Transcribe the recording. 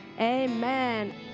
Amen